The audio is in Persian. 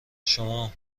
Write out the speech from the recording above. شما